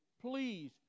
please